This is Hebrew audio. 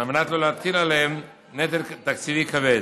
על מנת שלא להטיל עליהן נטל תקציבי כבד.